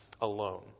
alone